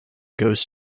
goes